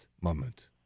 moment